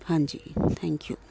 ਹਾਂਜੀ thank you